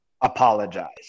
apologize